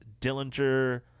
Dillinger